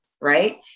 right